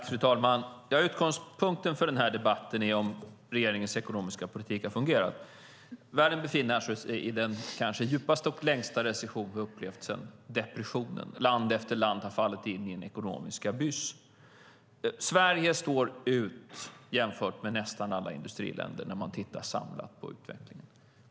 Fru talman! Utgångspunkten för den här debatten är frågan om regeringens ekonomiska politik har fungerat. Världen befinner sig i den kanske djupaste och längsta recession som vi har upplevt sedan depressionen. Land efter land har fallit ned i en ekonomisk abyss. Sverige står ut jämfört med nästan alla industriländer när man tittar samlat på utvecklingen.